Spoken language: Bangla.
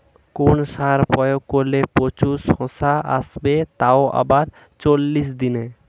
কোন সার প্রয়োগ করলে প্রচুর শশা আসবে তাও আবার চল্লিশ দিনে?